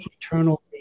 eternal